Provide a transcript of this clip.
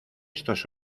estos